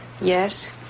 Yes